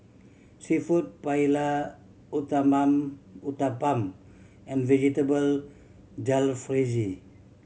Seafood Paella Uthapam and Vegetable Jalfrezi